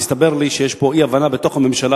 מסתבר לי שיש פה אי-הבנה בתוך הממשלה,